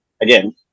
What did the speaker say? again